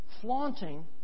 Flaunting